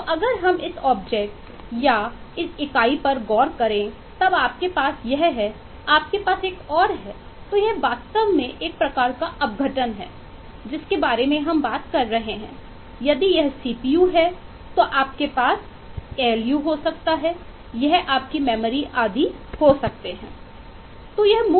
तो अगर हम इस ऑब्जेक्ट आदि हो सकता है